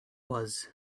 was